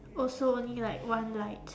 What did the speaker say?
also only like one light